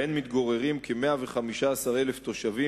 שבהן מתגוררים כ-115,000 תושבים,